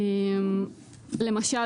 למשל,